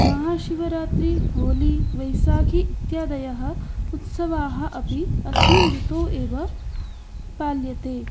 महाशिवरात्रिः होली वैशाखी इत्यादयः उत्सवाः अपि अस्मिन् ऋतौ एव पाल्यन्ते